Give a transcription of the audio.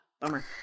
bummer